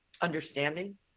understanding